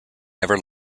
ever